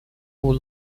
who